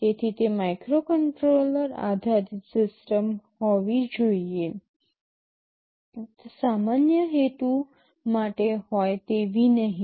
તેથી તે માઇક્રોકન્ટ્રોલર આધારિત સિસ્ટમ હોવી જોઈએ સામાન્ય હેતુ માટે હોય તેવી નહીં